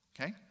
okay